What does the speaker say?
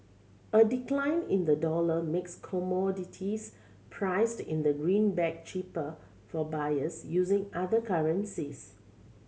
a decline in the dollar makes commodities priced in the greenback cheaper for buyers using other currencies